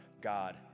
God